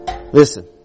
Listen